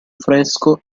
fresco